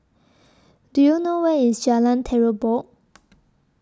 Do YOU know Where IS Jalan Terubok